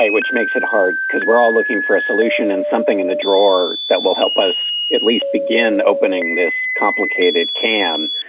which makes it hard because we're all looking for a solution and something in the drawer that will help us at least begin opening this complicated can.